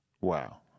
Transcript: Wow